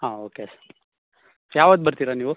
ಹಾಂ okay sir ಯಾವತ್ತು ಬರ್ತೀರಾ ನೀವು